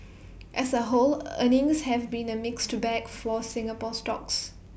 as A whole earnings have been A mixed bag for Singapore stocks